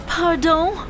Pardon